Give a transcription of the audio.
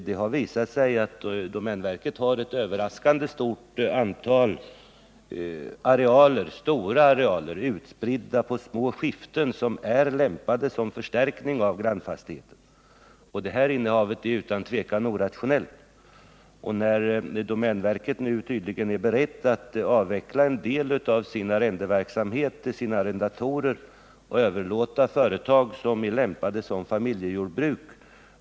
Det har visat sig att domänverket har ett överraskande stort antal ganska omfattande arealer utspridda på små skiften, som är lämpade som förstärkning av grannfastigheter. Detta innehav är utan tvivel orationellt. Domänverket är nu tydligen berett att avveckla en del av sin arrendeverksamhet till arrendatorerna och överlåta företag som är lämpade som familjejordbruk.